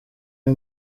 ari